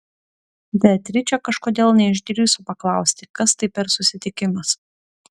beatričė kažkodėl neišdrįso paklausti kas tai per susitikimas